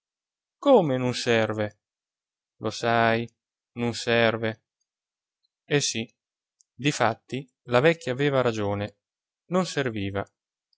come nun serve lo sai nun serve eh sì difatti la vecchia aveva ragione non serviva